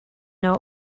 know